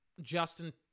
Justin